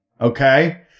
okay